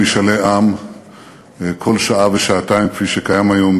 לסיכום, גברתי, מדוע אני תומך ברעיון?